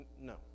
No